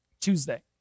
Tuesday